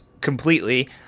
completely